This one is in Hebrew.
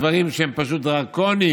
דברים שהם פשוט דרקוניים,